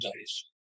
days